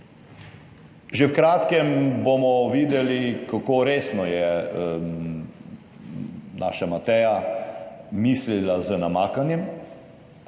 že v kratkem bomo videli, kako resno je naša Mateja mislila z namakanjem.